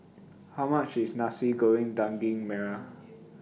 How much IS Nasi Goreng Daging Merah